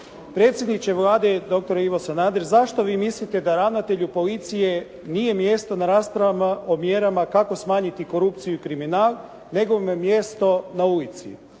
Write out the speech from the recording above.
Predsjedniče Vlade doktore Ivo Sanader zašto vi mislite da ravnatelju policije nije mjesto na raspravama o mjerama, kako smanjiti korupciju i kriminal, nego mu je mjesto na ulici.